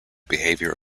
behaviour